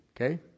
Okay